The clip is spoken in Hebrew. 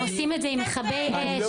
הם עושים את זה עם מכבי אש.